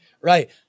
Right